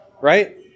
right